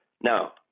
Now